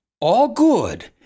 all-good